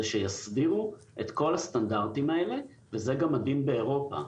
זה שיסבירו את כל הסטנדרטים האלה וזה לגם הדין באירופה,